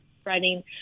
spreading